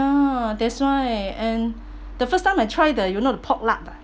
that's why and the first time I try the you know the pork lard ah